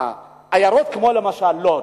עיירות, כמו לוד.